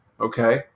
Okay